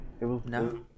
No